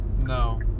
No